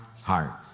heart